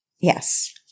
Yes